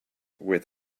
with